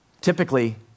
Typically